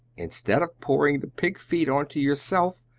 instead of pouring the pig-feed on to yourself,